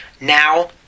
now